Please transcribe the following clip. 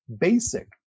basic